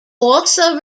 also